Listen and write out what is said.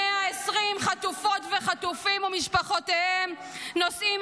120 החטופות והחטופים ומשפחותיהם נושאים